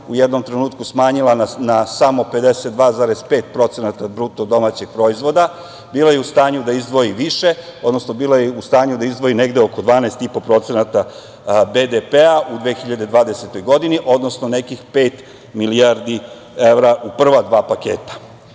u jednom trenutku smanjila na samo 52,5% BDP-a, bila je u stanju da izdvoji više, odnosno bila je u stanju da izdvoji negde oko 12,5% BDP-a u 2020. godini, odnosno nekih pet milijardi evra u prva dva paketa. To